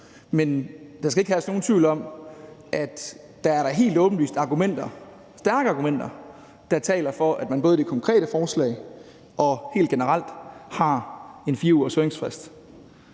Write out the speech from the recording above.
Der skal ikke herske nogen tvivl om, at der da helt åbenlyst er stærke argumenter, der taler for, at man både i forbindelse med det konkrete forslag og helt generelt har en 4 ugers høringsfrist.